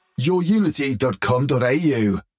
yourunity.com.au